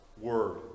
word